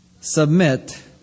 submit